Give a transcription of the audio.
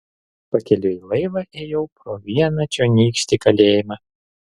pakeliui į laivą ėjau pro vieną čionykštį kalėjimą